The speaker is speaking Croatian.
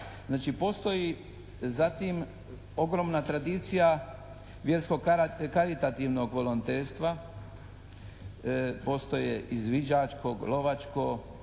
Znači, postoji zatim ogromna tradicija vjerskog karitativnog volonterstva, postoje izviđačkog, lovačko,